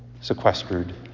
sequestered